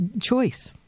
choice